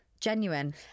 Genuine